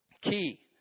key